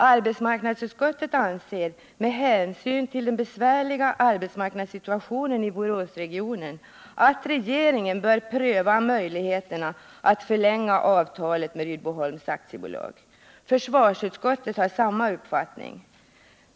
Arbetsmarknadsuiskottet anser — med hänsyn till den besvärliga arbetsmarknadssituationen i Boråsregionen — att regeringen bör pröva möjligheterna att förlänga avtalet med Rydboholms AB. Försvars utskottet har samma uppfattning.